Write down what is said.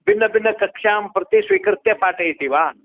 भिन्ना भिन्नकक्षां प्रति स्वीकृत्य पाठयति वा